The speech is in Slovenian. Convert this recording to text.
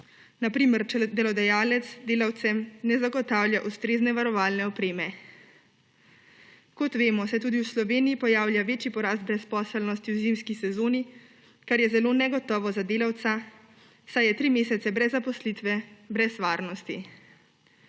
na primer, če delodajalec delavcem ne zagotavlja ustrezne varovalne opreme. Kot vemo, se tudi v Sloveniji pojavlja večji porast brezposelnosti v zimski sezoni, kar je zelo negotovo za delavca, saj je tri mesece brez zaposlitve, brez varnosti.